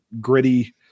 gritty –